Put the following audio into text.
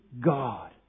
God